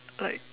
like